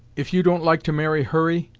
if you don't like to marry hurry,